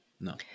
No